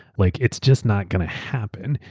like it's just not going to happen,